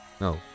No